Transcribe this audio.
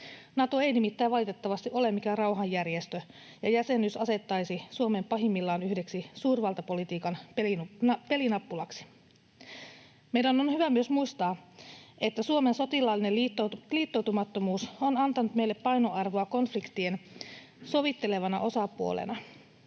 Nato ei nimittäin valitettavasti ole mikään rauhanjärjestö, ja jäsenyys asettaisi Suomen pahimmillaan yhdeksi suurvaltapolitiikan pelinappulaksi. Meidän on hyvä myös muistaa, että Suomen sotilaallinen liittoutumattomuus on antanut meille painoarvoa konf-liktien sovittelevana osapuolena.